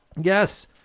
Yes